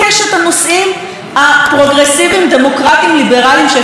ליברליים שאפשר להביא: הוא תומך בפתיחת עסקים בשבת,